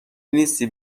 نیستی